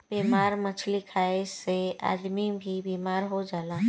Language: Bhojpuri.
बेमार मछली खाए से आदमी भी बेमार हो जाला